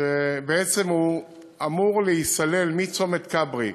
שבעצם אמור להיסלל מצומת כברי